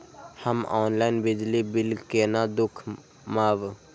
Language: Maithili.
हम ऑनलाईन बिजली बील केना दूखमब?